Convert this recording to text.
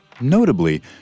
Notably